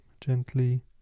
gently